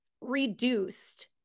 reduced